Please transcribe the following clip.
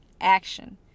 action